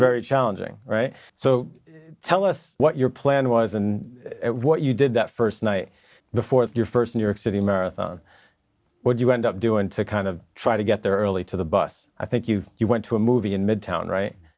very challenging right so tell us what your plan was and what you did that first night the fourth your first new york city marathon what you end up doing to kind of try to get there early to the bus i think you you went to a movie in midtown right